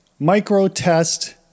Microtest